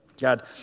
God